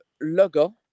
logo